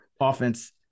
offense